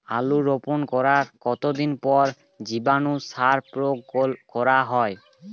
আলু রোপণ করার কতদিন পর জীবাণু সার প্রয়োগ করা হয়?